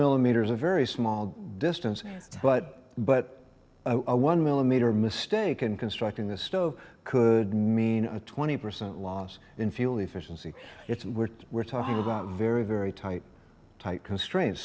millimeters a very small distance but but one millimeter mistake in constructing the stove could mean a twenty percent loss in fuel efficiency it's weird we're talking about very very tight tight constraints